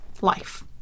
life